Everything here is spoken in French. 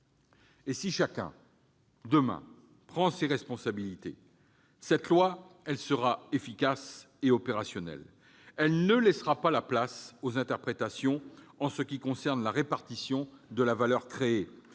Si chacun, demain, prend ses responsabilités, cette loi sera efficace et opérationnelle. Elle ne laissera pas la place aux interprétations s'agissant de la répartition de la valeur créée.